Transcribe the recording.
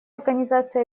организации